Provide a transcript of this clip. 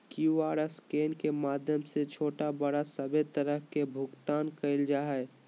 QR scan के माध्यम से छोटा बड़ा सभे तरह के भुगतान कइल जा हइ